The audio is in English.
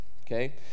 okay